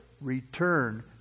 return